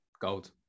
Gold